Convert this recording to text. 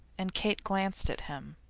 and kate glanced at him,